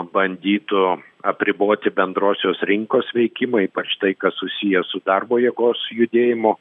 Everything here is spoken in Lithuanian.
bandytų apriboti bendrosios rinkos veikimą ypač tai kas susiję su darbo jėgos judėjimu